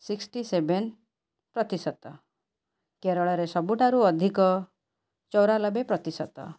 sixty seven ପ୍ରତିଶତ କେରଳରେ ସବୁଠାରୁ ଅଧିକ ଚଉରାନବେ ପ୍ରତିଶତ